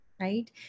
Right